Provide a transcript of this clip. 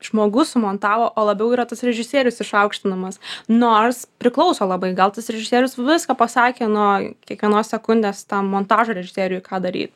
žmogus sumontavo o labiau yra tas režisierius išaukštinamas nors priklauso labai gal tas režisierius viską pasakė nuo kiekvienos sekundės tam montažo režisieriui ką daryt